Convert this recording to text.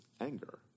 anger